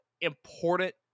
important